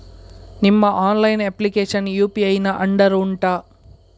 ನಿಮ್ಮ online application UPI ನ under ಉಂಟಾ